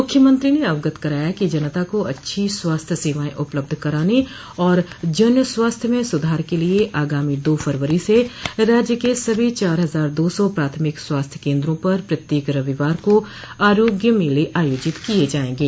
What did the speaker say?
मूख्यमंत्री ने अवगत कराया कि जनता को अच्छी स्वास्थ्य सेवाए उपलब्ध कराने और जन स्वास्थ्य में सुधार के लिए आगामी दो फरवरी से राज्य के सभी चार हजार दो सौ प्राथमिक स्वास्थ्य केन्दों पर प्रत्येक रविवार को आरोग्य मेले आयोजित किये जायेंगे